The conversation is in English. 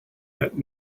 that